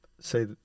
Say